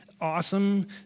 awesome